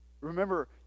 Remember